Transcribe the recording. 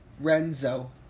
Renzo